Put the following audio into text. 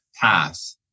path